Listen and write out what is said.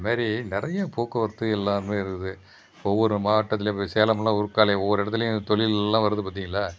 அதுமாரி நிறையா போக்குவரத்து எல்லாமே இருக்குது இப்ப ஒவ்வொரு மாவட்டத்திலியும் போய் சேலம்ல ஒரு உருக்காலை ஒவ்வொரு எடத்துலேயும் தொழில்லாம் வருது பார்த்திங்களா